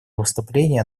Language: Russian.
выступление